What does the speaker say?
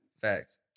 Facts